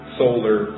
solar